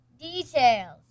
Details